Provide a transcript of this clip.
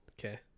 Okay